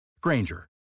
Granger